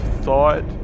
thought